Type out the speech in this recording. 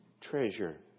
treasure